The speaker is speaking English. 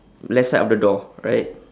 left side of the door right